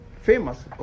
famous